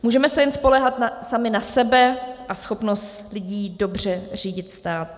Můžeme se jen spoléhat sami na sebe a schopnost lidí dobře řídit stát.